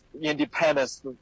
independence